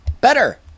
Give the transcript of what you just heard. better